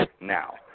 now